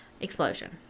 explosion